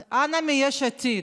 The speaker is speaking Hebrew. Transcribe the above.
אז אנא מיש עתיד,